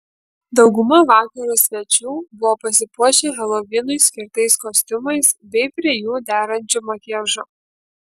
dauguma vakaro svečių buvo pasipuošę helovinui skirtais kostiumais bei prie jų derančiu makiažu